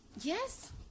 Yes